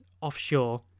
offshore